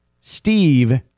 Steve